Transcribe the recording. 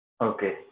Okay